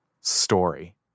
story